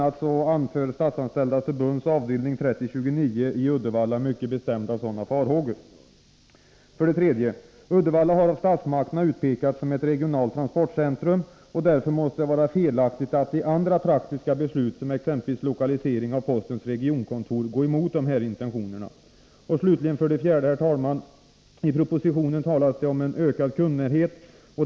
a. anför Statsanställdas förbunds avdelning 3029 i Uddevalla mycket bestämda sådana farhågor. 3. Uddevalla har av statsmakterna utpekats som ett regionalt transportcentrum. Därför måste det vara felaktigt att i andra praktiska beslut, som exempelvis lokalisering av postens regionkontor, gå emot dessa intentioner. 4. I propositionen talas bl.a. om ökad kundnärhet.